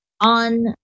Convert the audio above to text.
on